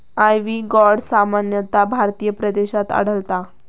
ivy gourd सामान्यतः भारतीय प्रदेशात आढळता